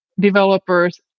developers